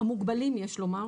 המוגבלים, יש לומר